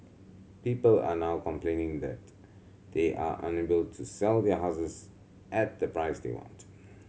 people are now complaining that they are unable to sell their houses at the price they want